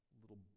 little